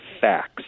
facts